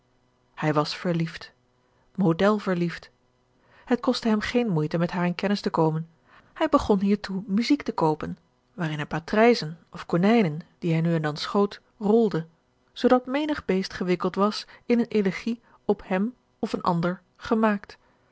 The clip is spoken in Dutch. hij was verliefd model verliefd het koste hem geene moeite met haar in kennis te komen hij begon hiertoe muziek te koopen waarin hij patrijzen of konijnen die hij nu en dan schoot rolde zoodat menig beest gewikkeld was in eene elegie op hem of een ander gemaakt